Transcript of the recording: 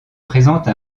présente